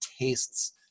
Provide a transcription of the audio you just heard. tastes